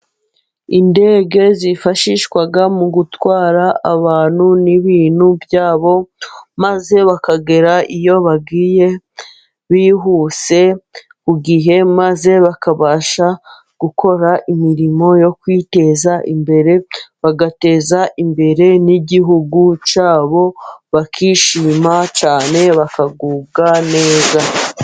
Indege zifashishwa mu gutwara abantu n'ibintu byabo, maze bakagera iyo bagiye bihuse ku gihe, maze bakabasha gukora imirimo yo kwiteza imbere bagateza imbere n'igihugu cyabo, bakishima cyane bakagubwa neza.